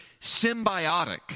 symbiotic